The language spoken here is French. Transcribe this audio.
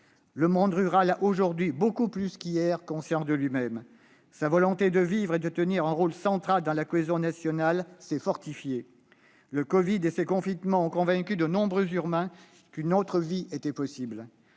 Le monde rural a, aujourd'hui beaucoup plus qu'hier, conscience de lui-même ; sa volonté de vivre et de tenir un rôle central dans la cohésion nationale s'est fortifiée. Le covid-19 et les confinements ont convaincu de nombreux urbains qu'une autre vie était possible.